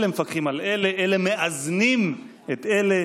אלה מפקחים על אלה, אלה מאזנים את אלה.